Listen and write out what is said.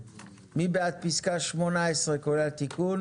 מי בעד פיסקה 18 כולל תיקון?